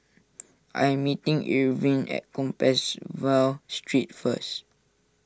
I am meeting Irvin at Compassvale Street first